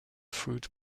food